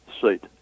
Seat